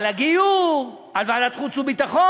על הגיור, על ועדת החוץ והביטחון?